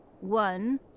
One